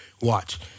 watch